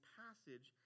passage